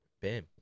Bam